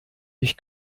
ich